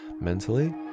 mentally